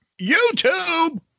YouTube